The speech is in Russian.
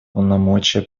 полномочия